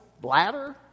bladder